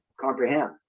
comprehend